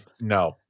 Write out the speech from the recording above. no